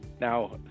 Now